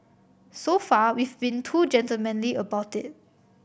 so far we've been too gentlemanly about it